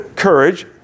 Courage